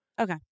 Okay